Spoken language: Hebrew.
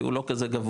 כי הוא לא כזה גבוה,